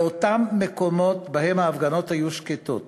באותם מקומות שבהם ההפגנות היו שקטות